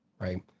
right